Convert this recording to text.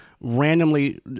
randomly